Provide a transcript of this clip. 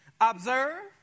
observe